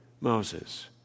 Moses